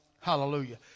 Hallelujah